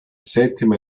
settimo